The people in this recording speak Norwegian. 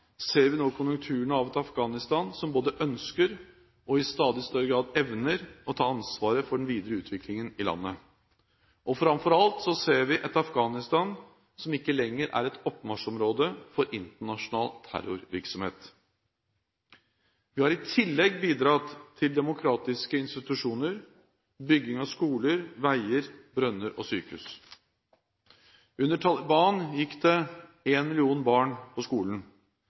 ser vi nå konturene av et Afghanistan som både ønsker og i stadig større grad evner å ta ansvaret for den videre utviklingen i landet. Framfor alt ser vi et Afghanistan som ikke lenger er et oppmarsjområde for internasjonal terrorvirksomhet. Vi har i tillegg bidratt til demokratiske institusjoner, bygging av skoler, veier, brønner og sykehus. Under Taliban gikk det én million barn på skolen.